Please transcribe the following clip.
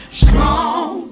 strong